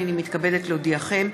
הינני מתכבדת להודיעכם,